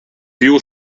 più